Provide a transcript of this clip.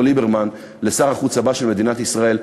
ליברמן לשר החוץ הבא של מדינת ישראל.